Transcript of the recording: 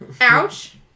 Ouch